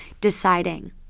deciding